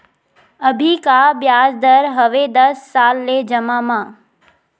अभी का ब्याज दर हवे दस साल ले जमा मा?